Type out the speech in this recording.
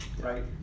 right